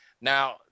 Now